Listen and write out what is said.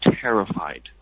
terrified